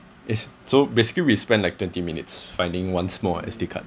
is so basically we spent like twenty minutes finding one small S_D card